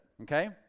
okay